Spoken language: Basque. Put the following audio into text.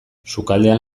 sukaldean